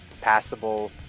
Passable